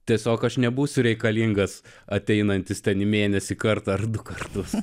tiesiog aš nebūsiu reikalingas ateinantis ten mėnesį kartą ar du kartus